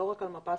לא רק מפה